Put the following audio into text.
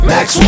Max